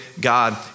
God